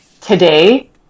today